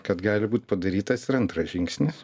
kad gali būt padarytas ir antras žingsnis